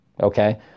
okay